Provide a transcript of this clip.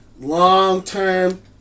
Long-term